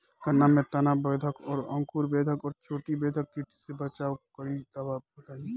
गन्ना में तना बेधक और अंकुर बेधक और चोटी बेधक कीट से बचाव कालिए दवा बताई?